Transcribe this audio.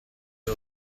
del